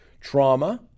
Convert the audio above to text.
trauma